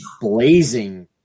blazing